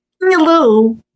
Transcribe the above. hello